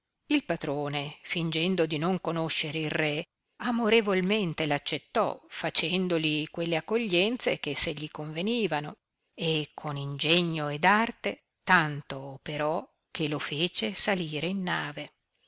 il patrone fingendo di non conoscere il re amorevolmente l'accettò facendoli quelle accoglienze che se gli convenevano e con ingegno ed arte tanto operò che lo fece salire in nave